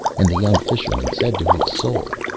and the young fisherman said to his soul,